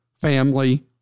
family